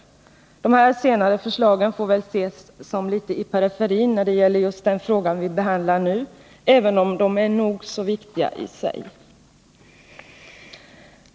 Dessa senare förslag får väl anses stå litet i periferin när det gäller den fråga som behandlas i dag, även om de är nog så viktiga i sig.